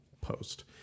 post